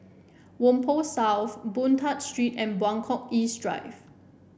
Whampoa South Boon Tat Street and Buangkok East Drive